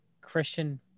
Christian